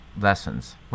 Lessons